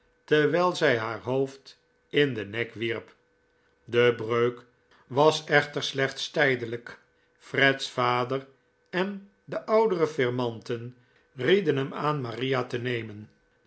terwijl zij haar hoofd in den nek wierp de breuk was echter slechts tijdelijk fred's vader en de ouclere firmanten rieden hem aan maria te nemen